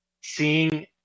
seeing